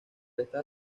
estas